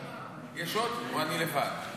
יש עוד או שאני לבד?